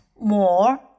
more